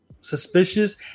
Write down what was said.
suspicious